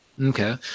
Okay